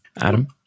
Adam